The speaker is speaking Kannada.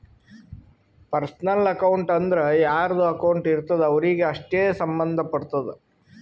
ಪರ್ಸನಲ್ ಅಕೌಂಟ್ ಅಂದುರ್ ಯಾರ್ದು ಅಕೌಂಟ್ ಇರ್ತುದ್ ಅವ್ರಿಗೆ ಅಷ್ಟೇ ಸಂಭಂದ್ ಪಡ್ತುದ